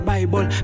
Bible